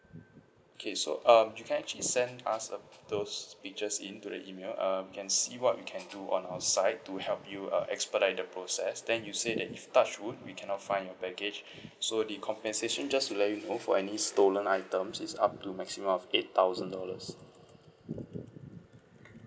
okay so um you can actually send us of those pictures in to the email uh we can see what we can do on our side to help you uh expedite the process then you said if touch wood we cannot find your baggage so the compensation just to let you go for any stolen items is up do maximum of eight thousand dollars